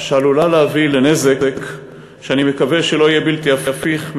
שעלולה להביא לנזק שאני מקווה שלא יהיה בלתי הפיך,